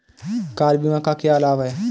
Car बीमा का क्या लाभ है?